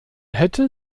hätte